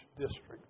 district